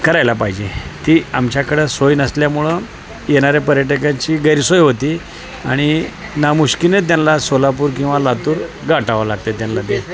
करायला पाहिजे ती आमच्याकडं सोय नसल्यामुळं येणाऱ्या पर्यटकांची गैरसोय होती आणि नामुश्कीने त्यांंना सोलापूर किंवा लातूर गाठावं लागतं त्यांना ते